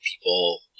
people